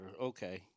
Okay